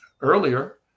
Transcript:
earlier